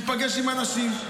להיפגש עם אנשים,